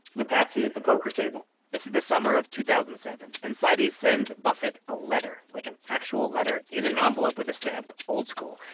the patsy at the poker table this is the summer of two thousand and seven, and seides sends buffett a letter, like, an actual letter in an envelope with a stamp old school.